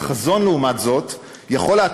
חלום הוא משהו פרטי ואישי,